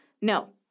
No